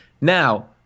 Now